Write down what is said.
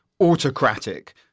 autocratic